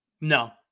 No